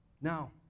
Now